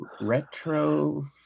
retro